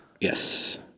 Yes